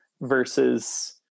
versus